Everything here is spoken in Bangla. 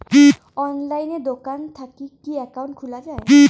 অনলাইনে দোকান থাকি কি একাউন্ট খুলা যায়?